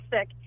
sick